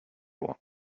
loin